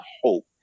hope